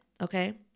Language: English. okay